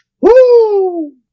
Woo